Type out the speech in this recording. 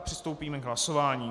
Přistoupíme k hlasování.